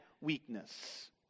weakness